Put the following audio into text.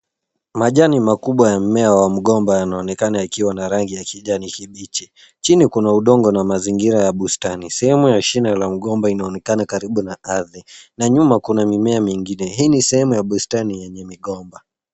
Majani makubwa ya mmea wa mgomba yanaonekana yakiwa na rangi ya kijani kibichi. Chini kuna udongo na mazingira ya bustani. Sehemu ya shina la mgomba inaonekana karibu na ardhi. Na nyuma kuna mimea mingine. Hii ni sehemu ya bustani yenye migomba.